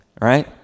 right